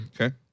Okay